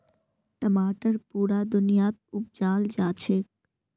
टमाटर पुरा दुनियात उपजाल जाछेक